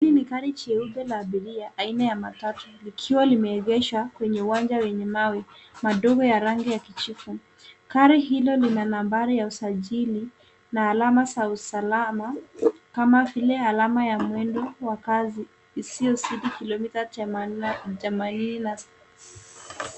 Hili ni gari jeupebya abiria aina ya matatu likiwa limeegeshwa kwenye uwanja wenye mawe madogo ya rangi ya kijivu. Gari hilo lina nambari ya usajili na alama za usalama kama vile alama ya mwendo wa kasi usiozidi kilomita themanini.